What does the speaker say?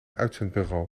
uitzendbureau